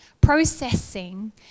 processing